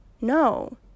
No